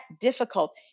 difficult